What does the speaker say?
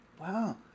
Wow